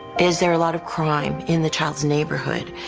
is there a lot of crime in the child's neighborhood?